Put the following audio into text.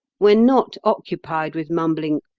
when not occupied with mumbling,